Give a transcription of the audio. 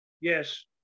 Yes